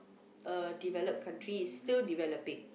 uh developed country it's still developing